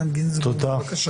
איתן גינזבורג, בבקשה.